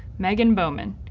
megan bowman,